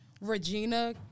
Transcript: Regina